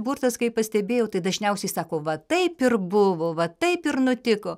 burtas kaip pastebėjau tai dažniausiai sako va taip ir buvo va taip ir nutiko